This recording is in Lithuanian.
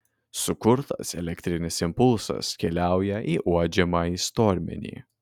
sukurtas elektrinis impulsas keliauja į uodžiamąjį stormenį